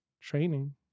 training